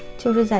to the